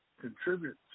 contribute